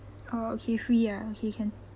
oh okay free ah okay can